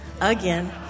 again